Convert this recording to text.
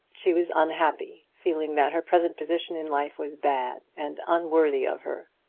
she was unhappy, feeling that her present position in life was bad, and unworthy of her.